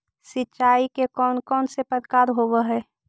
सिंचाई के कौन कौन से प्रकार होब्है?